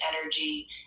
energy